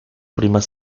primas